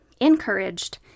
encouraged